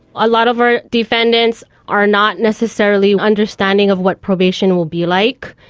a lot of our defendants are not necessarily understanding of what probation will be like.